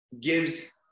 gives